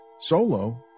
solo